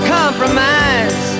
compromise